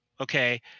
okay